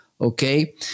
Okay